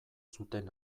zuten